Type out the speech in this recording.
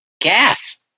Gas